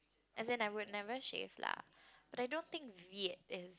as in I would never shave lah but I don't think Veet is